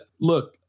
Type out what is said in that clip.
look